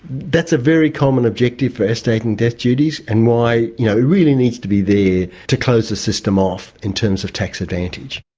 that's a very common objective for estate and death duties and why you know really needs to be there to close the system off in terms of tax advantage.